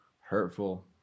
hurtful